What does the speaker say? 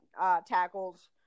tackles